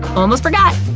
almost forgot!